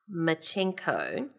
Machenko